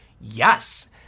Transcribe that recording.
yes